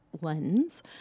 lens